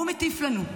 והוא מטיף לנו.